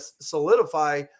solidify